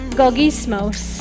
gogismos